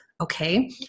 okay